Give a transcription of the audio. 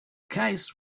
case